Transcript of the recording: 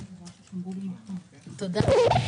תודה.